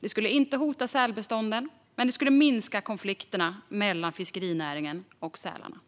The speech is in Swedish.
Det skulle inte hota sälbestånden, men det skulle minska konflikterna mellan fiskerinäringen och sälarna.